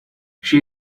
she